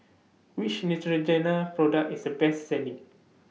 Which Neutrogena Product IS The Best Selling